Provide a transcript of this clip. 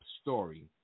story